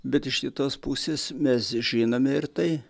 bet iš kitos pusės mes žinome ir tai